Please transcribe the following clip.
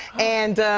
and,